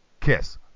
Kiss